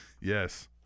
Yes